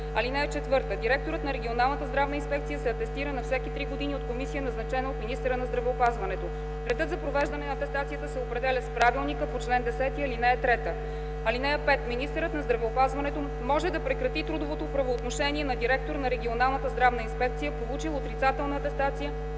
специалността. (4) Директорът на регионалната здравна инспекция се атестира на всеки три години от комисия, назначена от министъра на здравеопазването. Редът за провеждане на атестацията се определя с правилника по чл. 10, ал. 3. (5) Министърът на здравеопазването може да прекрати трудовото правоотношение на директор на регионална здравна инспекция, получил отрицателна атестация,